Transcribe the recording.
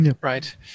right